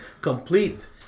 complete